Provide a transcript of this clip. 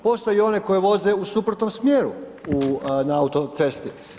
Postoje i oni koji voze u suprotnom smjeru na autocesti.